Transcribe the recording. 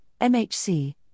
MHC